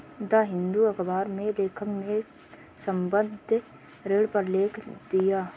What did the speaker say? the Hindu अखबार में लेखक ने संबंद्ध ऋण पर लेख लिखा